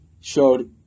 showed